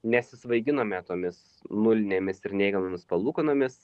nesisvaiginome tomis nulinėmis ir neigiamomis palūkanomis